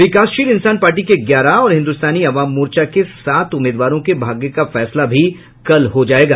विकासशील इंसान पार्टी के ग्यारह और हिन्दुस्तानी आवाम मोर्चा के सात उम्मीवारों के भाग्य का फैसला भी कल हो जायेगा